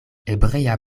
ebria